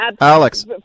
Alex